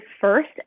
first